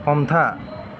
हमथा